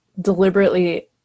Deliberately